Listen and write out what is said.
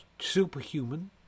superhuman